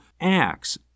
Acts